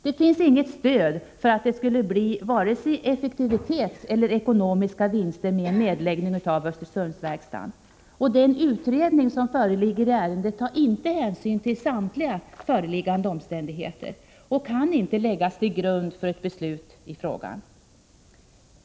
Det finns inget stöd för att det skulle bli vare sig effektivitetsmässiga eller ekonomiska vinster med en nedläggning av Östersundsverkstaden. Utredningen i ärendet tar inte hänsyn till samtliga föreliggande omständigheter och kan inte läggas till grund för ett beslut i frågan.